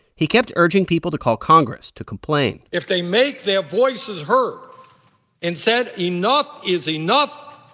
he kept urging people to call congress to complain if they make their voices heard and said enough is enough,